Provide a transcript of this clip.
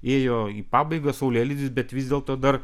ėjo į pabaigą saulėlydis bet vis dėlto dar